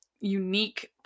unique